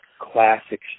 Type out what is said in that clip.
classic